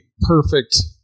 perfect